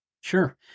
Sure